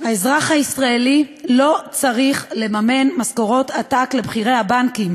האזרח הישראלי לא צריך לממן משכורות עתק לבכירי הבנקים.